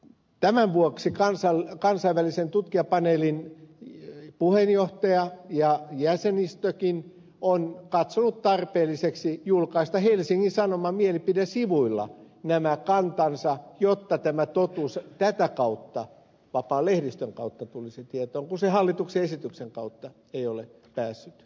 tämän vuoksi kansainvälisen tutkijapaneelin puheenjohtaja ja jäsenistökin on katsonut tarpeelliseksi julkaista helsingin sanomien mielipidesivuilla kantansa jotta totuus tätä kautta vapaan lehdistön kautta tulisi tietoon kun se hallituksen esityksen kautta ei ole päässyt esille